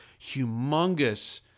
humongous